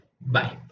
Bye